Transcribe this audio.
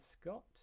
Scott